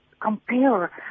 Compare